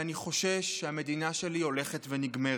ואני חושש שהמדינה שלי הולכת ונגמרת.